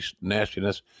nastiness